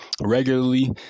regularly